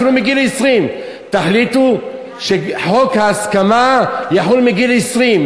אפילו מגיל 20. תחליטו שחוק ההסכמה יחול מגיל 20,